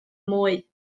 mwy